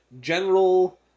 General